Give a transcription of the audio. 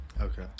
Okay